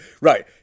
Right